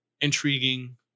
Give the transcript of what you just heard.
intriguing